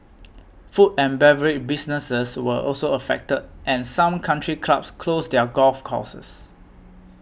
food and beverage businesses were also affected and some country clubs closed their golf courses